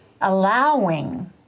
allowing